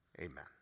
Amen